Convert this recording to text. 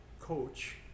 coach